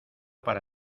para